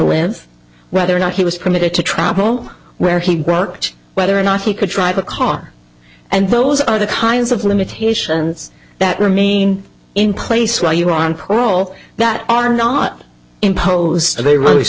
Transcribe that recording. live whether or not he was permitted to travel where he broke whether or not he could drive a car and those are the kinds of limitations that remain in place why you ron paul that are not imposed they